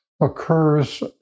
occurs